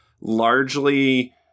largely